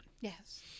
Yes